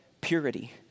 purity